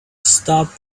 start